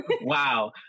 wow